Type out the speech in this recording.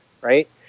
right